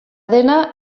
dena